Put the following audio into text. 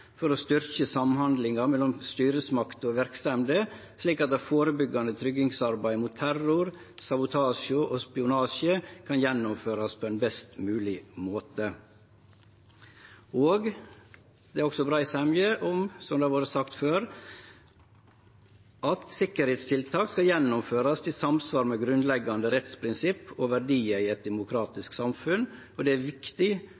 for å styrkje samhandlinga mellom styresmakt og verksemder, slik at det førebyggjande tryggingsarbeidet mot terror, sabotasje og spionasje kan gjennomførast på ein best mogleg måte. Det er også brei semje om – som det har vore sagt før – at tryggingstiltak skal gjennomførast i samsvar med grunnleggjande rettsprinsipp og verdiar i eit demokratisk samfunn, og at det er viktig